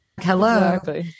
hello